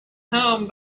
home